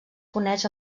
coneix